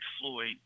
Floyd